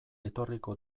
etorriko